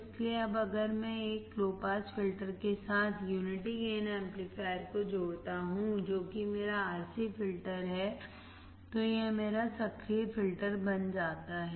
इसलिए अब अगर मैं एक लो पास फ़िल्टर के साथ एक यूनिटी गेन एंपलीफायर को जोड़ता हूं जो कि मेरा RC फ़िल्टर है तो यह मेरा सक्रिय फ़िल्टर बन जाता है